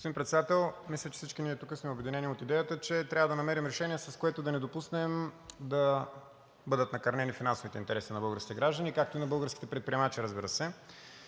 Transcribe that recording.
Господин Председател, мисля, че всички ние тук сме обединени от идеята, че трябва да намерим решение, с което да не допуснем да бъдат накърнени финансовите интереси на българските граждани, както и на българските предприемачи, разбира се.